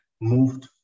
moved